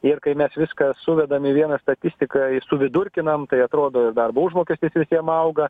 ir kai mes viską suvedam į vieną statistiką ir suvidurkinam tai atrodo ir darbo užmokestis visiem auga